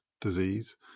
disease